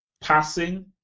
passing